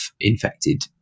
infected